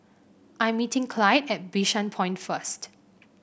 I am meeting Clyde at Bishan Point first